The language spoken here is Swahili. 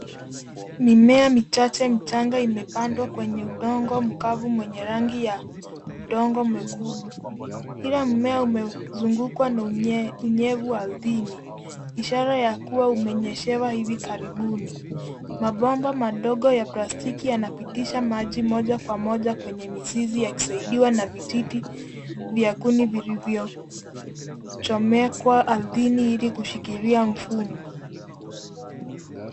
Mimea michache michanga imepandwa kwenye udongo mkavu mwenye rangi ya udongo mwekundu. Kila mmea umezungukwa na unyevu ardhini ishara ya kuwa umenyeshewa hivi karibuni. Mabomba madogo ya plastiki yanapitisha maji moja kwa moja kwenye mizizi yakisaidiwa na vijiti vya kuni vilivyo chomekwa ardhini ili kushikilia mfumo.